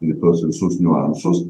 į tuos visus niuansus